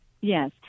Yes